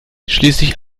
schließlich